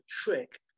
trick